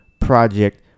Project